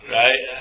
right